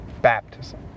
baptism